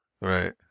Right